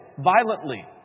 violently